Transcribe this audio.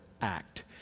act